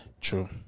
True